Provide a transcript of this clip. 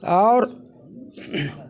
आओर